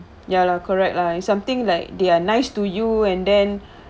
ya lah correct lah something like they're nice to you and then